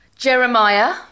Jeremiah